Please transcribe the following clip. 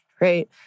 right